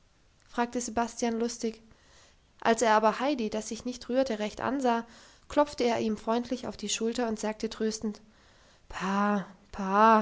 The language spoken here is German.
fragte sebastian lustig als er aber heidi das sich nicht rührte recht ansah klopfte er ihm freundlich auf die schulter und sagte tröstend pah pah